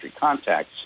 contacts